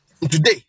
today